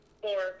four